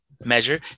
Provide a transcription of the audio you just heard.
Measure